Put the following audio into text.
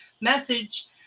message